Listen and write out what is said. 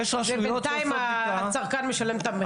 ובינתיים הצרכן משלם את המחיר.